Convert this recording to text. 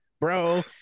bro